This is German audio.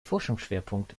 forschungsschwerpunkt